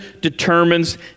determines